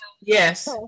Yes